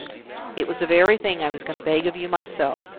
it was the very thing i was going to beg of you myself.